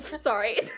sorry